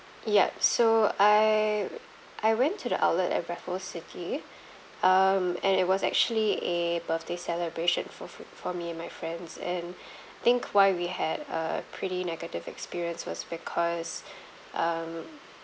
yup so I I went to the outlet at raffles city um and it was actually a birthday celebration for for for me and my friends think why we had a pretty negative experience was because um